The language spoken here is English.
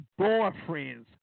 boyfriends